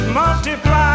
multiply